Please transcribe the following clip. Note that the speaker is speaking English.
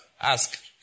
Ask